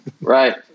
Right